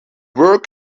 work